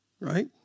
Right